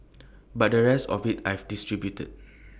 but the rest of IT I've distributed